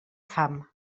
fam